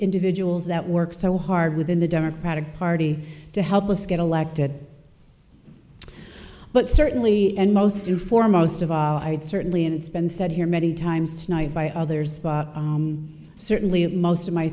individuals that work so hard within the democratic party to help us get elected but certainly and most do for most of all i'd certainly and it's been said here many times tonight by others certainly that most of my